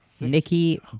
Nikki